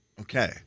Okay